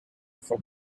for